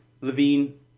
Levine